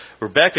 Rebecca